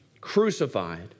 crucified